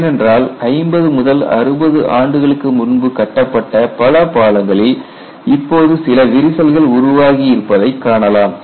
ஏனென்றால் ஐம்பது முதல் அறுபது ஆண்டுகளுக்கு முன்பு கட்டப்பட்ட பல பாலங்களில் இப்போது சில விரிசல்கள் உருவாகியிருப்பதை காணலாம்